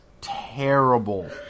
terrible